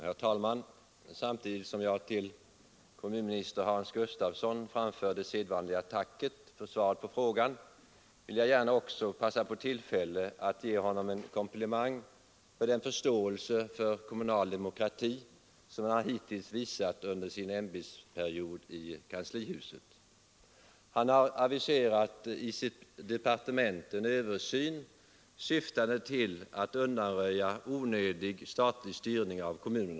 Herr talman! Samtidigt som jag till kommunminister Hans Gustafsson framför det sedvanliga tacket för svaret på frågan vill jag gärna också passa på tillfället att ge honom en komplimang för den förståelse för kommunal demokrati som han hittills visat under sin ämbetsperiod i kanslihuset. Han har i sitt departement aviserat en översyn syftande till att undanröja onödig statlig styrning av kommunerna.